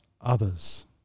others